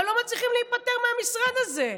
אבל לא מצליחים להיפטר מהמשרד הזה.